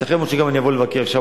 ייתכן מאוד שאני גם אבוא לבקר שם,